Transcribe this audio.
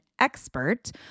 expert